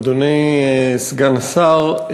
אדוני סגן השר,